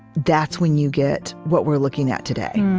that's when you get what we're looking at today